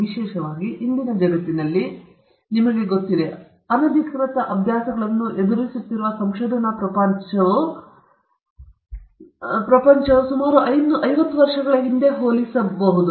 ವಿಶೇಷವಾಗಿ ಇಂದಿನ ಜಗತ್ತಿನಲ್ಲಿ ನಿಮಗೆ ಗೊತ್ತಿರುವ ಸಾಧ್ಯತೆಗಳಿವೆ ಅನಧಿಕೃತ ಅಭ್ಯಾಸಗಳನ್ನು ಎದುರಿಸುತ್ತಿರುವ ಸಂಶೋಧನಾ ಪ್ರಪಂಚವು ಸುಮಾರು 50 ವರ್ಷಗಳ ಹಿಂದೆ ಹೋಲಿಸಿದೆ